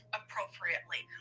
appropriately